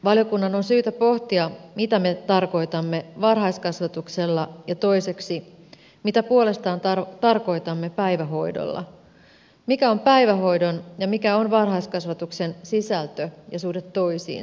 valiokunnan on syytä pohtia mitä me tarkoitamme varhaiskasvatuksella ja toiseksi mitä puolestaan tarkoitamme päivähoidolla mikä on päivähoidon ja mikä on varhaiskasvatuksen sisältö ja suhde toisiinsa